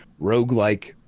roguelike